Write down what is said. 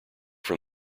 from